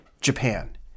Japan